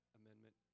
amendment